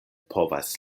povas